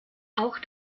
auch